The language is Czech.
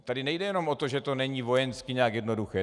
Tady nejde jenom o to, že to není vojensky jednoduché.